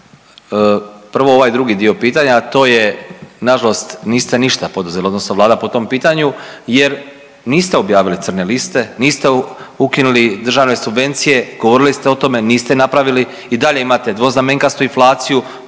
Prvo ovaj drugi dio pitanja, a to je nažalost, niste ništa poduzeli odnosno Vlada po tom pitanju jer niste objavili crne liste, niste ukinuli državne subvencije, govorili ste o tome, niste napravili, i dalje imate dvoznamenkastu inflaciju,